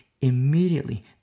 Immediately